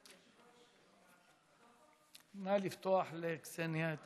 נא לפתוח לקסניה.